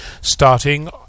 starting